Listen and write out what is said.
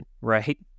right